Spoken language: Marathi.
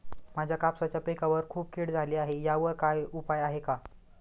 माझ्या कापसाच्या पिकावर खूप कीड झाली आहे यावर काय उपाय आहे का?